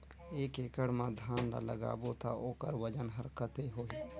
एक एकड़ मा धान ला लगाबो ता ओकर वजन हर कते होही?